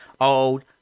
old